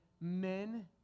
men